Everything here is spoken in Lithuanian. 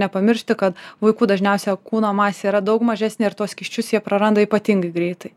nepamiršti kad vaikų dažniausia kūno masė yra daug mažesnė ir tuos skysčius jie praranda ypatingai greitai